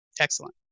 Excellent